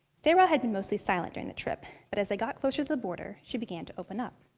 sayra had been mostly silent during the trip, but as they got closer to the border, she began to open up.